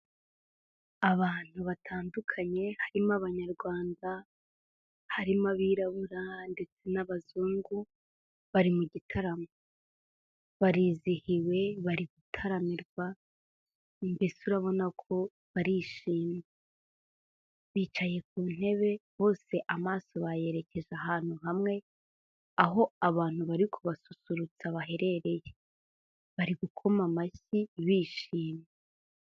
Abantu batandukanye harimo abanyarwanda, harimo abirabura ndetse n'abazungu, bari mu gitaramo. Barizihiwe bari gutaramirwa, mbese urabona ko barishimye. Bicaye ku ntebe bose amaso bayerekeza ahantu hamwe, aho abantu bari kubasusurutsa baherereye. Bari gukoma amashyi bishimye.